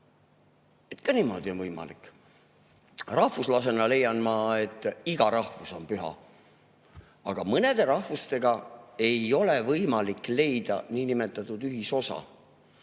Ka niimoodi on võimalik. Rahvuslasena leian ma, et iga rahvus on püha, aga mõnede rahvustega ei ole võimalik leida niinimetatud ühisosa.